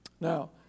Now